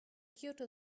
kyoto